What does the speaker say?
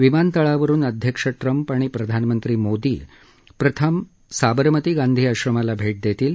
विमानतळावरुन अध्यक्ष ट्रम्प आणि प्रधानमंत्री मोदी प्रथम साबरमती गांधी आश्रमाला भेट देतील